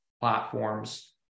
platforms